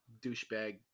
douchebag